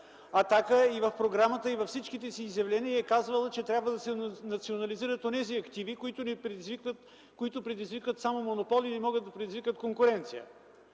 „Атака” и в програмата си, и във всичките си изявления е казвала, че трябва да се национализират онези активи, които предизвикват само монопол и не могат да предизвикат конкуренция